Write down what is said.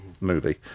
movie